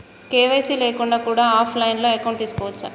KYC లేకుండా కూడా offline account తీసుకోవచ్చా?